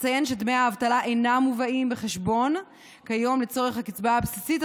אציין שדמי האבטלה אינם מובאים בחשבון כיום לצורך הקצבה הבסיסית,